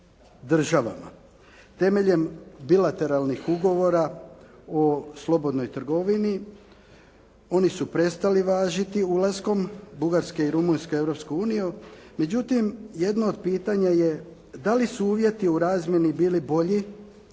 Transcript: državama. Temeljem bilateralnih ugovora o slobodnoj trgovini, oni su prestali važiti ulaskom Bugarske i Rumunjske u Europsku uniju, međutim jedno od pitanja je da li su uvjeti u razmjeni bili bolji